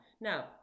Now